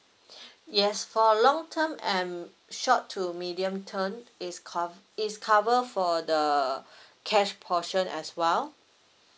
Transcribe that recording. yes for long term and short to medium term it's cov~ it's cover for the cash portion as well